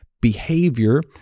behavior